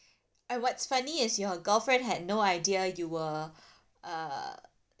and what's funny is your girlfriend had no idea you were err